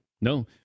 No